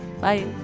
Bye